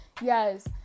yes